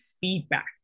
feedback